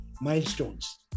milestones